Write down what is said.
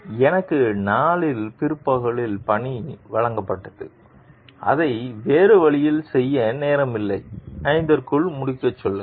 எனவே எனக்கு நாளின் பிற்பகுதியில் பணி வழங்கப்பட்டது அதை வேறு வழியில் செய்ய நேரமில்லை 5 க்குள் முடிக்கச் சொல்லுங்கள்